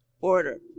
order